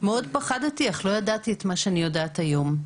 מאוד פחדתי אך לא ידעתי את מה שאני יודעת היום.